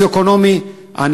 סוציו-אקונומי 8,